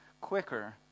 quicker